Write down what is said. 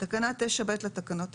בספטמבר 2021),